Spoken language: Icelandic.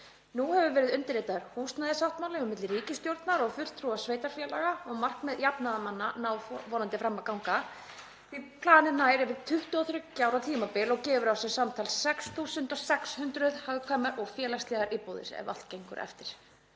Nú hefur verið undirritaður húsnæðissáttmáli milli ríkisstjórnar og fulltrúa sveitarfélaga og markmið jafnaðarmanna ná vonandi fram að ganga því planið nær yfir 23 ára tímabil og gefur af sér samtals 6.600 hagkvæmar og félagslegar íbúðir ef allt gengur eftir.